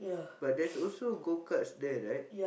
but there's also go-karts there right